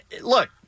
look